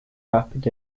rapid